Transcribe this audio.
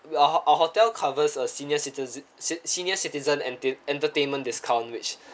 our our hotel covers uh senior citizen senior citizen enter~ entertainment discount which